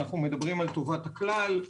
מדברים על טובת הכלל.